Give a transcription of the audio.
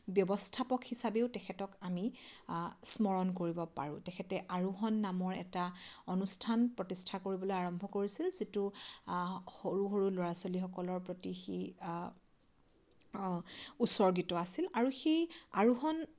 ব্যৱস্থাপক হিচাপেও তেখেতক আমি আ স্মৰণ কৰিব পাৰোঁ তেখেতে আৰোহণ নামৰ এটা অনুষ্ঠান প্ৰতিষ্ঠা কৰিবলৈ আৰম্ভ কৰিছিল যিটো আ সৰু সৰু ল'ৰা ছোৱালীসকলৰ প্ৰতি সি আ আ উচৰ্গিত আছিল আৰু সেই আৰোহণ